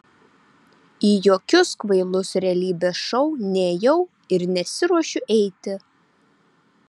į jokius kvailus realybės šou nėjau ir nesiruošiu eiti